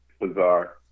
Bizarre